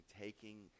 taking